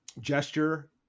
gesture